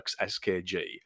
SKG